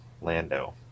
Lando